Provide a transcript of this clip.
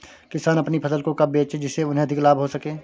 किसान अपनी फसल को कब बेचे जिसे उन्हें अधिक लाभ हो सके?